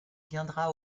viendra